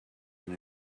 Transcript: and